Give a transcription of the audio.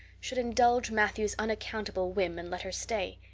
should indulge matthew's unaccountable whim and let her stay?